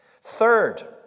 Third